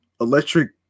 electric